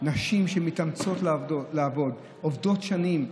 נשים שמתאמצות לעבוד, עובדות שנים,